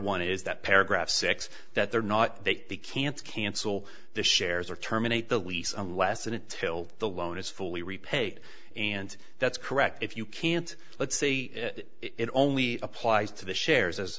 one is that paragraph six that they're not that they can't cancel the shares or terminate the lease unless and until the loan is fully repaid and that's correct if you can't let's say it only applies to the shares